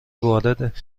وارد